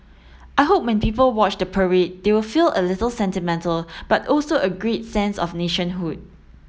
I hope when people watch the parade they will feel a little sentimental but also a great sense of nationhood